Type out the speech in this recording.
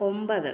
ഒമ്പത്